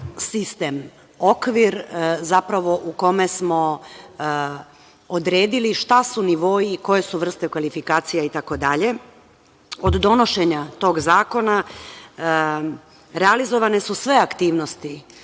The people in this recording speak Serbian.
sistem, okvir zapravo u kome smo odredili šta su nivoi, koje su vrste kvalifikacija itd. Od donošenja tog zakona realizovane su sve aktivnosti